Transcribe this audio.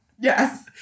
Yes